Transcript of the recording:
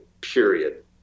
period